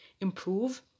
improve